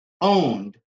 owned